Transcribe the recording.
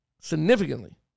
Significantly